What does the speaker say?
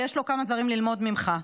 ויש לו כמה דברים ללמוד ממך,